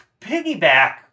piggyback